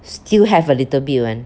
still have a little bit [one]